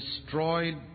destroyed